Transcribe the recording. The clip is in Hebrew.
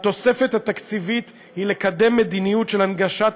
התוספת התקציבית היא לקדם מדיניות של הנגשת